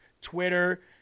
Twitter